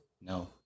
No